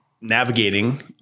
navigating